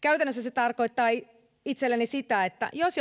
käytännössä se tarkoittaa itselleni sitä että jos